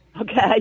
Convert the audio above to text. Okay